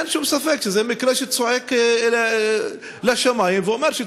אין שום ספק שזה מקרה שצועק לשמים ואומר,